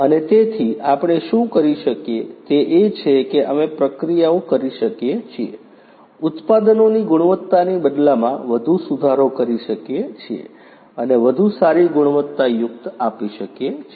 અને તેથી આપણે શું કરી શકીએ તે એ છે કે અમે પ્રક્રિયાઓ કરી શકીએ છીએ ઉત્પાદનોની ગુણવત્તાની બદલામાં વધુ સુધારી શકીએ છે અને વધુ સારી ગુણવત્તા યુક્ત આપી શકીએ છીએ